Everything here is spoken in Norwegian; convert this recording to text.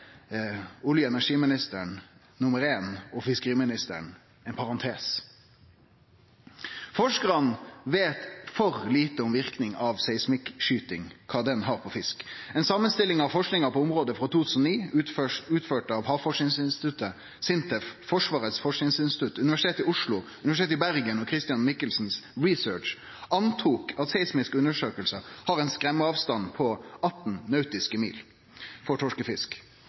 olje- og energiministeren nummer éin og fiskeriministeren ein parentes. Forskarane veit for lite om verknadene av seismikkskyting og kva det vil ha å seie for fisk. Ei samanstilling av forskinga på området frå 2009, utført av Havforskingsinstituttet, SINTEF, Forsvarets forskingsinstitutt, Universitetet i Oslo, Universitetet i Bergen og Christian Michelsen Research antok at seismiske undersøkingar har ein skremmeavstand på 18 nautiske mil for torskefisk.